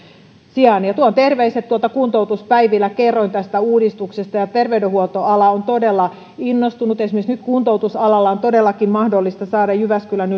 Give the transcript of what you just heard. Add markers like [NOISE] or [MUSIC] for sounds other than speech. sijaan tuon terveiset kuntoutuspäiviltä kerroin tästä uudistuksesta ja terveydenhuoltoala on todella innostunut esimerkiksi nyt kuntoutusalalla on todellakin mahdollista saada jyväskylän [UNINTELLIGIBLE]